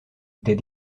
des